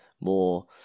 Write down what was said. more